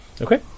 Okay